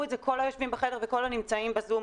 את זה כל היושבים בחדר וכל הנמצאים בזום,